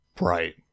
Right